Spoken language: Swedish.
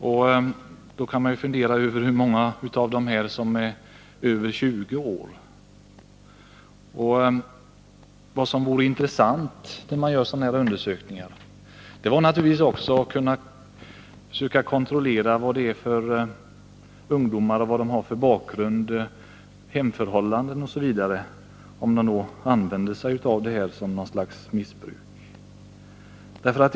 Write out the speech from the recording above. Man kan då fundera över hur många av dessa ungdomar som är över 20 år. Vad som vore intressant att få veta är också vilken bakgrund, vilka hemförhållanden osv. som de ungdomar har som missbrukar alkohol på detta sätt.